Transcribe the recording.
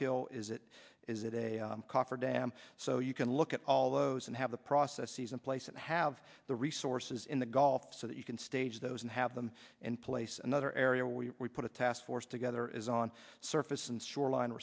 kill is it is it a coffer dam so you can look at all those and have the process he's in place and have the resources in the gulf so that you can stage those and have them in place another area where we put a task force together on surface and shoreline